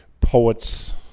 poets